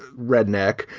redneck,